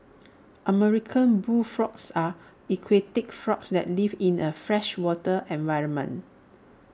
American bullfrogs are aquatic frogs that live in A freshwater environment